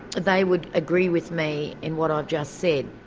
they would agree with me in what i've just said,